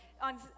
on